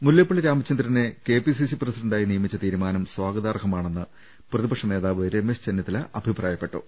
മുല്ലപ്പള്ളി രാമചന്ദ്രനെ K P C C പ്രസിഡന്റായി നിയമിച്ച തീരുമാനം സ്വാഗതാർഹമാണെന്ന് പ്രതിപക്ഷ നേതാവ് രമേശ് ചെന്നിത്തല അഭിപ്രായപ്പെട്ടു